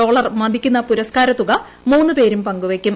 dollar മതിക്കുന്ന പുരസ്കാര തുക മൂന്നു പേരും പങ്കുവയ്ക്കും